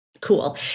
cool